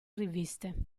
riviste